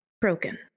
broken